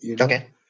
Okay